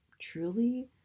truly